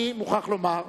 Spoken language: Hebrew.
אני מוכרח לומר,